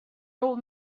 old